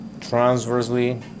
transversely